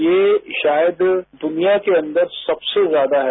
ये शायद दुनिया के अन्दर सबसे ज्यादा है